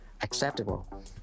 acceptable